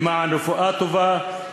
למען רפואה טובה,